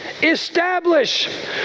establish